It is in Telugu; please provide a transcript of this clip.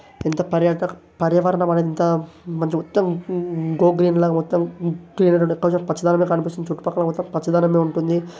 ఇంత పర్యాటక పర్యావరణమనేది ఇంత మొత్తం గో గ్రీన్లాగ మొత్తం గ్రీనరీ ఉంటుంది పచ్చదనమే కనిపిస్తుంది చుట్టు పక్కల మొత్తం పచ్చదనమే ఉంటుంది